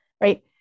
right